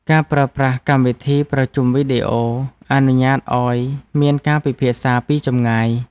ការប្រើប្រាស់កម្មវិធីប្រជុំវីដេអូ អនុញ្ញាតឱ្យមានការពិភាក្សាពីចម្ងាយ។